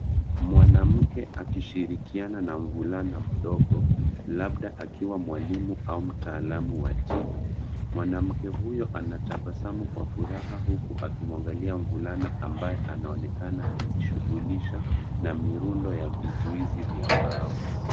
Mwanamke akishirikiana na mvulana mdogo labda akiwa mwalimu wa mtaalamu wa timu. Mwanamke huyo anatabasamu kwa furaha huku akimwangalia mvulanana ambaye anaonekana akijishughulisha na mirundo ya vizuizi vya mbao.